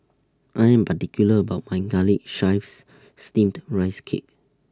I Am particular about My Garlic Chives Steamed Rice Cake